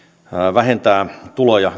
vähennetään tuloja